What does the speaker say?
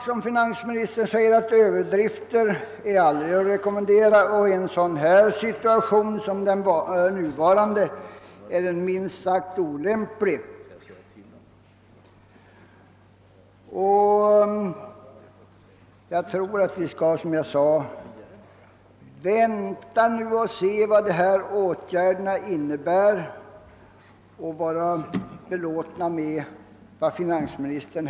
Som finansministern säger är överdrifter aldrig att rekommendera, och i en situation som den nuvarande är de minst sagt olämpliga. Jag tror som sagt att vi skall vänta och se vad åtgärderna kommer att innebära.